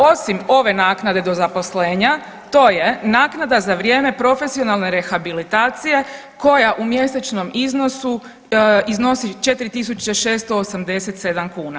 Osim ove naknade do zaposlenja to je naknada za vrijeme profesionalne rehabilitacije koja u mjesečnom iznosu iznosi 4.687 kuna.